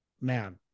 Man